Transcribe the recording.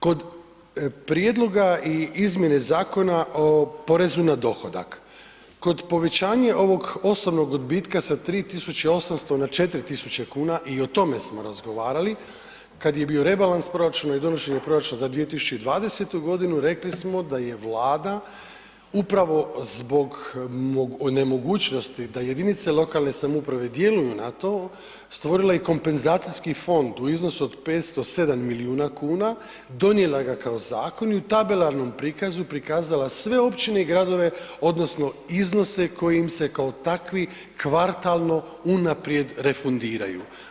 Kod prijedloga i izmjene Zakona o porezu na dohodak, kod povećanja ovog osobnog odbitka sa 3.800 na 4.000 kuna i o tome smo razgovarali kad je bio rebalans proračuna i donošenje proračuna za 2020. godinu rekli smo da je Vlada upravo zbog nemogućnosti da jedinice lokalne samouprave djeluju na to stvorila i kompenzacijski fond u iznosu od 507 milijuna kuna, donijela ga kao zakon i u tabelarnom prikazu prikazala sve općine i gradove odnosno iznose koji ime se kao takvi kvartalno unaprijed refundiraju.